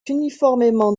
uniformément